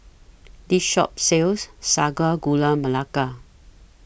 This Shop sells Sago Gula Melaka